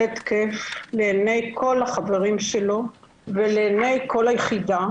התקף לעיני כל החברים שלו ולעיני כל היחידה.